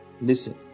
Listen